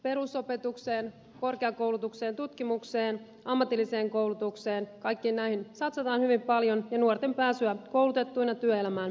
perusopetukseen korkeakoulutukseen tutkimukseen ammatilliseen koulutukseen kaikkiin näihin satsataan hyvin paljon ja nuorten pääsyä koulutettuina työelämään parannetaan